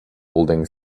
holding